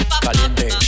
Caliente